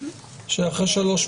אחרי שלוש פעמים?